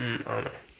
ம் வாங்கண்ண